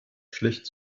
schlecht